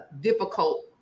difficult